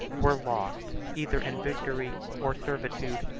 were lost, either in victory or servitude,